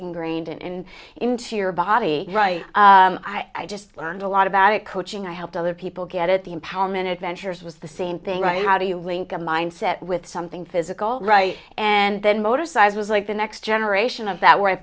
ingrained in into your body right i just learned a lot about it coaching i helped other people get at the empowerment adventures was the same thing right how do you link a mindset with something physical right and then motor sizes like the next generation of that where i